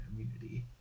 immunity